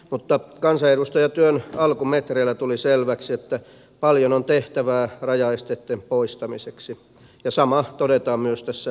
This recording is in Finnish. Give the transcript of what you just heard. mutta kansanedustajatyön alkumetreillä tuli selväksi että paljon on tehtävää rajaesteitten poistamiseksi ja sama todetaan myös tässä selonteossa